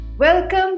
Welcome